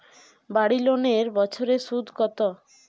বাড়ি লোনের বছরে সুদ কত?